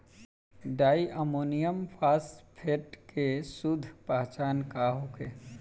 Di ammonium phosphate के शुद्ध पहचान का होखे?